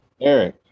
Eric